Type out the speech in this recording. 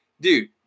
dude